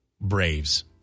Braves